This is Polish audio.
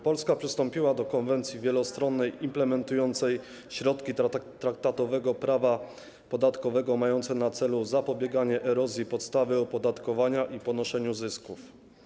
Polska przystąpiła do Konwencji wielostronnej implementującej środki traktatowego prawa podatkowego mające na celu zapobieganie erozji podstawy opodatkowania i przenoszeniu zysku.